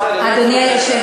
אמרה את זה, אדוני היושב-ראש,